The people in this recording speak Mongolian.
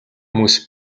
хүмүүс